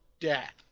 death